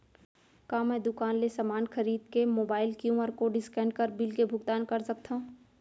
का मैं दुकान ले समान खरीद के मोबाइल क्यू.आर कोड स्कैन कर बिल के भुगतान कर सकथव?